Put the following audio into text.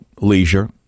leisure